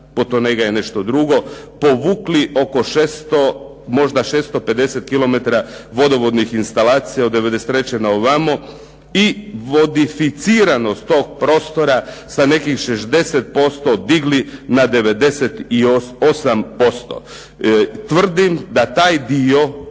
povukli oko 600, možda 650 km vodovodnih instalacija od '93. na ovamo i vodificiranost tog prostora sa nekih 60% digli na 98% Tvrdim da taj dio